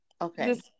Okay